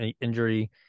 injury